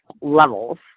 levels